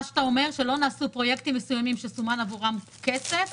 אתה אומר שלא נעשו פרויקטים מסוימים שסומן עבורם כסף